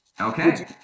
Okay